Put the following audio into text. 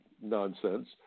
nonsense